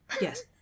Yes